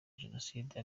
jenoside